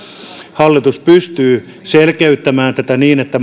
hallitus pystyy selkeyttämään tätä niin että